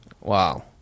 Wow